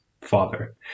father